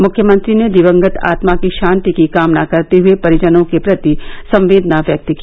मुख्यमंत्री ने दिवंगत आत्मा की शांति की कामना करते हुए परिजनों के प्रति संवेदना व्यक्त की